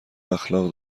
اخلاق